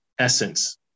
essence